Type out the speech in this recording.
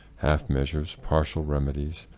half measures, partial remedies,